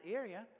area